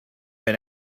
been